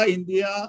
India